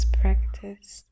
practice